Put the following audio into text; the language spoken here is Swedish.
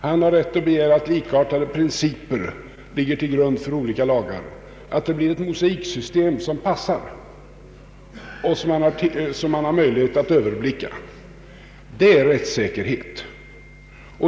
Han har rätt att begära att likartade principer ligger till grund för olika lagar, att det blir ett mosaiksystem som passar och som han har möjlighet att överblicka. Detta är rättssäkerhet.